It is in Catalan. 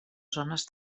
zones